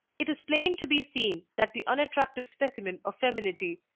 it is plain to be seen that the unattractive specimen of femininity,